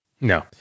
No